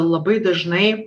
labai dažnai